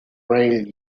rail